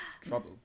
Trouble